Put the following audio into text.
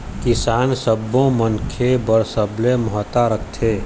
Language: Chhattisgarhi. किसान सब्बो मनखे बर सबले महत्ता राखथे